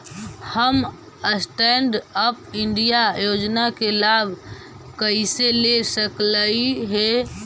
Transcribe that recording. हम stand up India योजना के लाभ कइसे ले सकलिअई हे